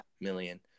million